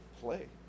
play